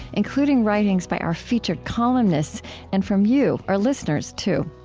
including writings by our featured columnists and from you, our listeners, too.